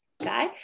okay